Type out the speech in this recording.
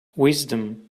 wisdom